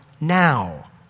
now